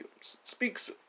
Speaks